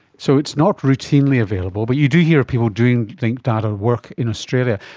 so it's not routinely available but you do hear of people doing linked data work in australia.